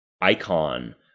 icon